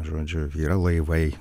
žodžiu yra laivai